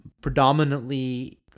Predominantly